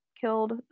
killed